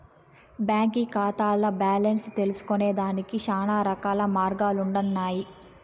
బాంకీ కాతాల్ల బాలెన్స్ తెల్సుకొనేదానికి శానారకాల మార్గాలుండన్నాయి